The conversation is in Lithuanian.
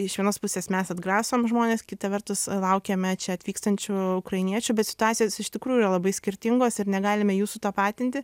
iš vienos pusės mes atgrasom žmones kita vertus laukiame čia atvykstančių ukrainiečių bet situacijos iš tikrųjų yra labai skirtingos ir negalime jų sutapatinti